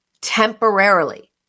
temporarily